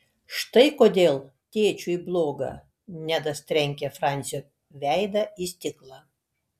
štai kodėl tėčiui bloga nedas trenkė fransio veidą į stiklą